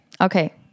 Okay